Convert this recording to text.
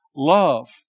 Love